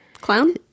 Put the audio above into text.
clown